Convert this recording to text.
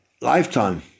lifetime